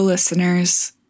Listeners